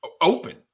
open